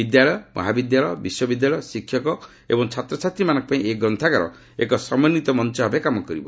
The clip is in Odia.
ବିଦ୍ୟାଳୟ ମହାବିଦ୍ୟାଳୟ ବିଶ୍ୱବିଦ୍ୟାଳୟ ଶିକ୍ଷକ ଏବଂ ଛାତ୍ରଛାତ୍ରୀମାନଙ୍କ ପାଇଁ ଏହି ଗ୍ରୁନ୍ରାଗାର ଏକ ସମନ୍ଧିତ ମଞ୍ଚ ଭାବେ କାମ କରିବ